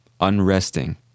Unresting